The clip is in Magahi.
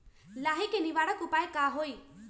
लाही के निवारक उपाय का होई?